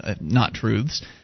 not-truths